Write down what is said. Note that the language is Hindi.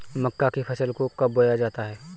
मक्का की फसल को कब बोया जाता है?